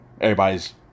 everybody's